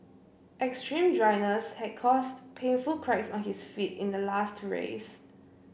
extreme dryness had caused painful cracks on his feet in the last race